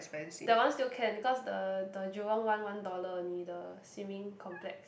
that one still can because the the Jurong one one dollar only the swimming complex